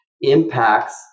impacts